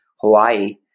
Hawaii